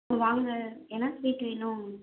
வாங்க என்ன ஸ்வீட் வேணும்